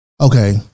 Okay